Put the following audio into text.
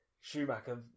Schumacher